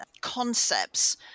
concepts